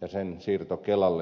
ja sen siirto kelalle